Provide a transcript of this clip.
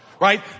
right